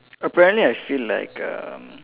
apparently I feel like um